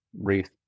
wreath